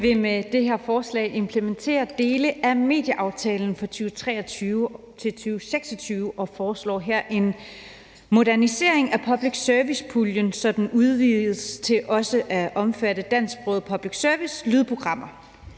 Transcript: vil med det her forslag implementere dele af medieaftalen for 2023-2026 og foreslår her en modernisering af public service-puljen, så den udvides til også at omfatte dansksprogede public service-lydprogrammer.